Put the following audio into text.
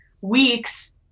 weeks